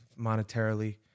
monetarily